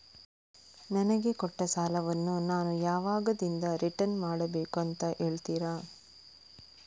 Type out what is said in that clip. ನನಗೆ ಕೊಟ್ಟ ಸಾಲವನ್ನು ನಾನು ಯಾವಾಗದಿಂದ ರಿಟರ್ನ್ ಮಾಡಬೇಕು ಅಂತ ಹೇಳ್ತೀರಾ?